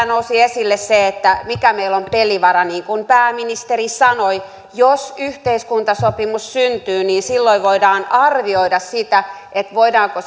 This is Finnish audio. nousi esille se että mikä meillä on pelivara sanon kuten pääministeri sanoi että jos yhteiskuntasopimus syntyy niin silloin voidaan arvioida voidaanko